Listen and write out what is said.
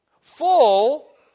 Full